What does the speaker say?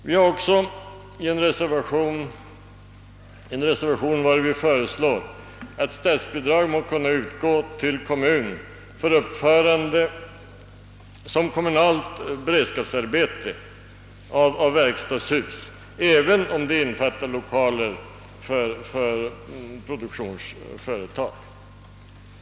Vi har också en reservation, vari föreslås att statsbidrag må kunna utgå till kommun för uppförande som kommunalt beredskapsarbete av verkstadshus, även om lokaler för produktionsföretag innefattas däri.